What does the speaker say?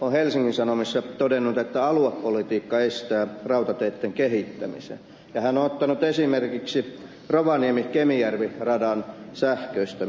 on helsingin sanomissa todennut että aluepolitiikka estää rautateitten kehittämisen ja hän on ottanut esimerkiksi rovaniemikemijärvi radan sähköistämisen